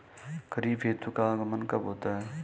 खरीफ ऋतु का आगमन कब होता है?